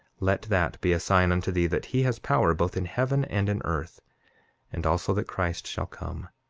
let that be a sign unto thee that he has power, both in heaven and in earth and also, that christ shall come.